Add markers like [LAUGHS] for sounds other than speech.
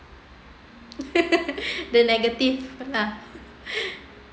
[LAUGHS] the negative lah